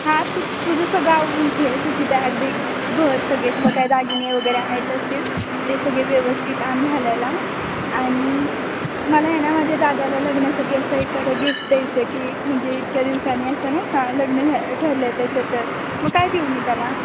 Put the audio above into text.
हा तू तुझं सगळं आवरून ठेव तुझी बॅग बिग भर सगळे तुला काय दागिने वगैरे आणायचे असतील ते सगळे व्यवस्थित आण घालायला आणि मला आहे ना माझ्या दादाला लग्नासाठी असं एक असं गिफ्ट द्यायचं आहे की म्हणजे इतक्या दिवसानी असं नाही का लग्न झा ठरलं आहे त्याचं तर मग काय देऊ मी त्याला